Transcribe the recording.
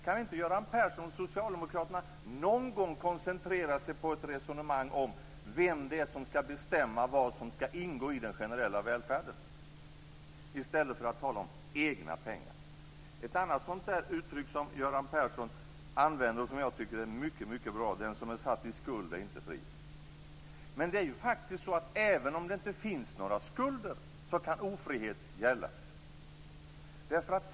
Kan inte Göran Persson och socialdemokraterna någon gång koncentrera sig på ett resonemang om vem som skall bestämma vad som skall ingå i den generella välfärden i stället för att tala om egna pengar? Ett annat uttryck som Göran Persson använder, och som jag tycker är mycket bra, är att "den som är satt i skuld är inte fri". Även om det inte finns några skulder kan ofrihet gälla.